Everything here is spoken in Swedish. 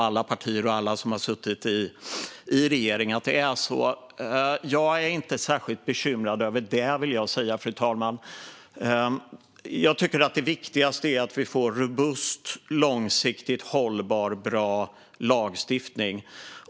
Alla partier och alla som har suttit i regering vet att det är så. Jag är inte särskilt bekymrad över det, vill jag säga, fru talman. Jag tycker att det viktigaste är att vi får robust, långsiktigt hållbar och bra lagstiftning.